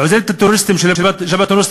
והיא עוזרת לטרוריסטים של "ג'בהת א-נוסרא".